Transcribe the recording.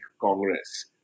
Congress